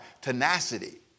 tenacity